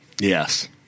Yes